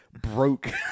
broke